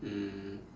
mm